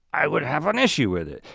i would have an issue with it.